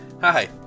Hi